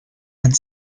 and